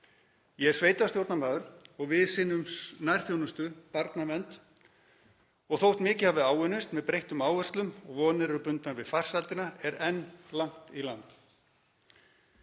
Ég er sveitarstjórnarmaður og við sinnum nærþjónustu, barnavernd, og þótt mikið hafi áunnist með breyttum áherslum og vonir séu bundnar við farsældina er enn langt í land.